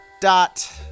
Dot